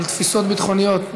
על תפיסות ביטחוניות.